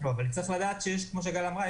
אבל כמו שגל אמרה,